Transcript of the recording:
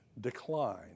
decline